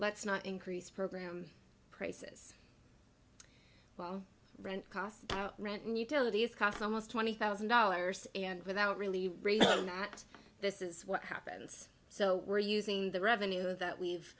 let's not increase program prices rent costs rent and utilities costs almost twenty thousand dollars and without really at this is what happens so we're using the revenue that we've